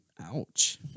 Ouch